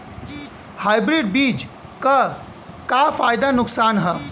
Hybrid बीज क का फायदा नुकसान ह?